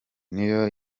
niyo